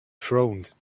frowned